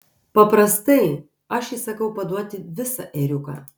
paprastai aš įsakau paduoti visą ėriuką